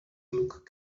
look